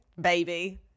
Baby